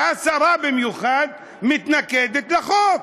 והשרה במיוחד, מתנגדת לחוק?